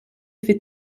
fait